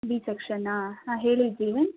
B ಸೆಕ್ಷನಾ ಹಾಂ ಹೇಳಿ ಜೀವನ್